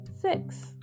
Six